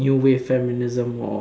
new wave feminism or